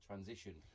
Transition